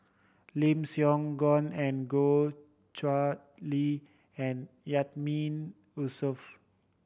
Lim Siong Guan and Goh Chiew Lye and Yatiman Yusof